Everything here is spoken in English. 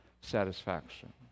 satisfaction